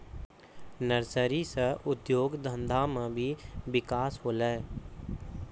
nursery से उद्योग धंधा मे भी बिकास होलै